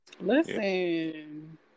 Listen